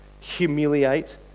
humiliate